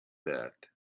that